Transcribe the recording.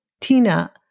Tina